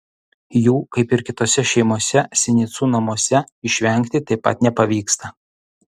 jų kaip ir kitose šeimose sinicų namuose išvengti taip pat nepavyksta